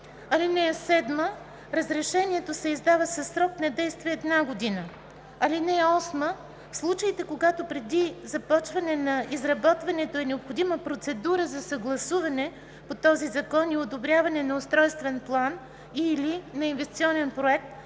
му. (7) Разрешението се издава със срок на действие една година. (8) В случаите, когато преди започване на изработването е необходима процедура за съгласуване по този закон и одобряване на устройствен план и/или на инвестиционен проект